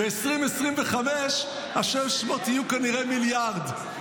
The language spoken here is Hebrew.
ב-2025 ה-600 יהיו כנראה מיליארד,